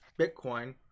Bitcoin